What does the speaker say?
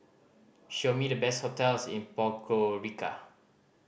show me the best hotels in Podgorica